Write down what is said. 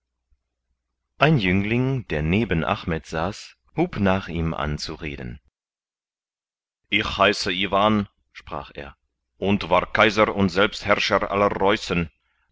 ein jüngling der neben achmed saß hub nach ihm an zu reden ich heiße iwan sprach er und war kaiser und selbstherrscher aller